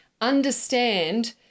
understand